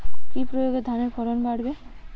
কি প্রয়গে ধানের ফলন বাড়বে?